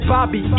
Bobby